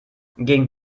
gegen